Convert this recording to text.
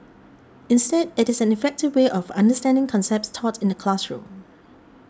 instead it is an effective way of understanding concepts taught in the classroom